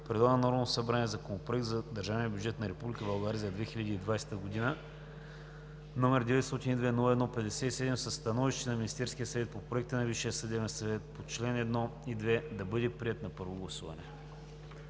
предлага на Народното събрание Законопроект за държавния бюджет на Република България за 2020 г., № 902-01-57, със становище на Министерския съвет по проекта на Висшия съдебен съвет по чл. 1 и 2 да бъде приет на първо гласуване.“